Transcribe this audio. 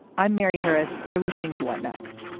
i'm mary harris. you're listening to why next.